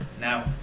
Now